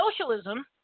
socialism